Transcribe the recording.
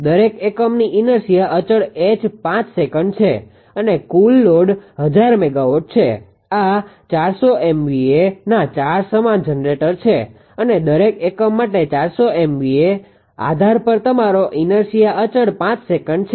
દરેક એકમની ઇનાર્શીયા અચળ 5 સેકંડ છે અને કુલ લોડ 1000 મેગાવોટ છે આ 400 MVAના 4 સમાન જનરેટર છે અને દરેક એકમ માટે 400 MVA આધાર પર તમારો ઇનાર્શીયા અચળ 5 સેકંડ છે